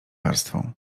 warstwą